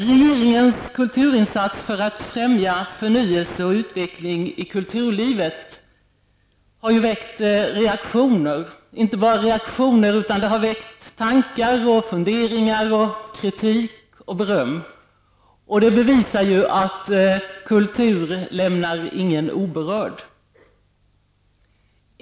Regeringens kulturinsats för att främja förnyelse och utveckling av kulturlivet har ju väckt reaktioner i form av tankar, funderingar, kritik och beröm, och det bevisar att kultur inte lämnar någon oberörd.